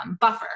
buffer